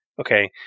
okay